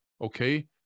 okay